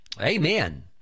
Amen